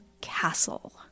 castle